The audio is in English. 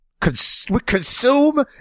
Consume